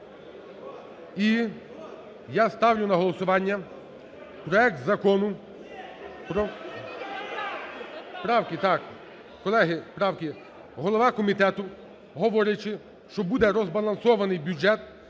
І я ставлю на голосування проект Закону про… Правки, так. Колеги, правки. Голова комітету, говорячи, що буде розбалансований бюджет,